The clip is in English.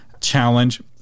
challenge